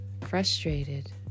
frustrated